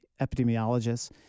epidemiologists